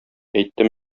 әйттем